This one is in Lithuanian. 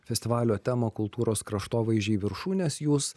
festivalio temą kultūros kraštovaizdžiai viršūnės jūs